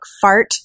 fart